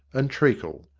and treacle.